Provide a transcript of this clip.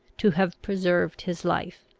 to have preserved his life.